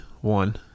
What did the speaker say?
one